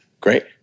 Great